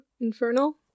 infernal